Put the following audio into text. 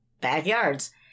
backyards